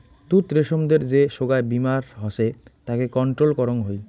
তুত রেশমদের যে সোগায় বীমার হসে তাকে কন্ট্রোল করং হই